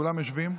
כולם יושבים?